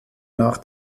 nach